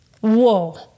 Whoa